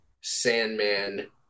Sandman